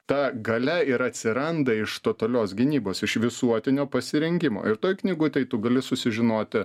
ta galia ir atsiranda iš totalios gynybos iš visuotinio pasirengimo ir toj knygutėj tu gali susižinoti